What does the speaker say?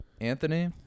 anthony